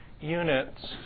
units